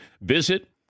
Visit